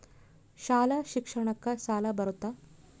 ಶಾಲಾ ಶಿಕ್ಷಣಕ್ಕ ಸಾಲ ಬರುತ್ತಾ?